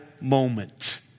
moment